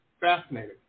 Fascinating